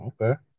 Okay